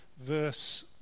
verse